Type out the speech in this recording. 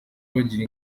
bagira